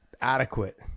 adequate